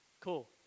Cool